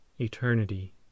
Eternity